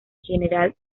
general